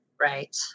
Right